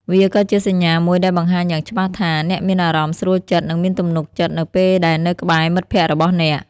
វាក៏ជាសញ្ញាមួយដែលបង្ហាញយ៉ាងច្បាស់ថា អ្នកមានអារម្មណ៍ស្រួលចិត្តនិងមានទំនុកចិត្តនៅពេលដែលនៅក្បែរមិត្តភក្តិរបស់អ្នក។